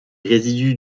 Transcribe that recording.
résidus